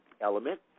element